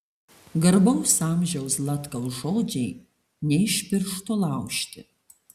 garbaus amžiaus zlatkaus žodžiai ne iš piršto laužti